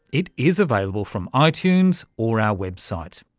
it is available from ah itunes or our website.